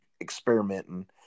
experimenting